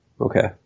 Okay